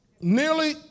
nearly